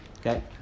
Okay